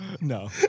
No